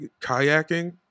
kayaking